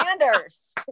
Sanders